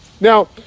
now